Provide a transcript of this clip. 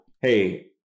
hey